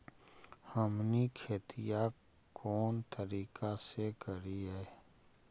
हमनी खेतीया कोन तरीका से करीय?